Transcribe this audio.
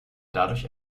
dadurch